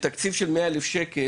בתקציב של 100 אלף שקל,